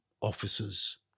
Officers